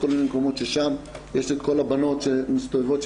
כל מיני מקומות ששם יש את הבנות שמסתובבות,